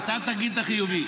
אתה תגיד את החיובי.